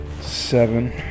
Seven